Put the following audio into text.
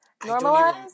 Normalize